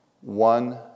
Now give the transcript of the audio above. one